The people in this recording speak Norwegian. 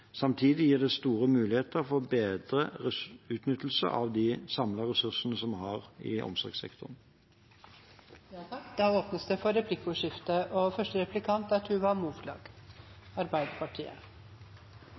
Samtidig gir det store muligheter for å bedre utnyttelsen av de samlede ressursene vi har i